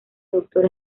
doctor